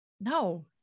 No